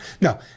no